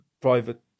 private